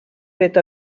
fet